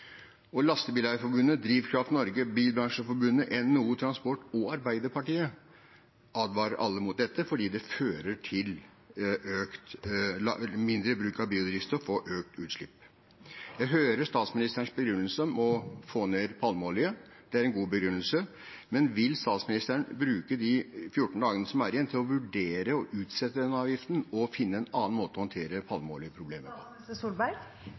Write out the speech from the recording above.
Lastebileierforbundet, Drivkraft Norge, Bilbransjeforbundet, NHO Transport og Arbeiderpartiet advarer alle mot dette fordi det fører til mindre bruk av biodrivstoff og økte utslipp. Jeg hører statsministerens begrunnelse for å få ned bruken av palmeolje. Det er en god begrunnelse. Men vil statsministeren bruke de 14 dagene som er igjen, til å vurdere å utsette denne avgiften og finne en annen måte å håndtere palmeoljeproblemet